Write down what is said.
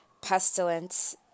pestilence